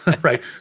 right